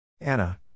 Anna